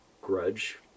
grudge